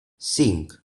cinc